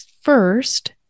first